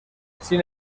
sin